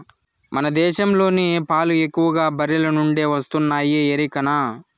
మన దేశంలోని పాలు ఎక్కువగా బర్రెల నుండే వస్తున్నాయి ఎరికనా